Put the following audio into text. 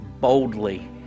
boldly